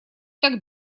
так